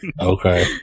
Okay